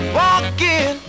walking